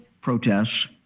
protests